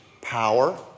power